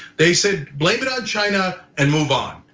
they said blame it on china and move on,